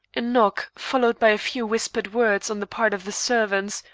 a knock, followed by a few whispered words on the part of the servant,